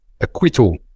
acquittal